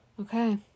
Okay